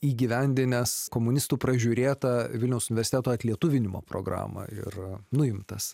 įgyvendinęs komunistų pražiūrėtą vilniaus universiteto atlietuvinimo programą ir nuimtas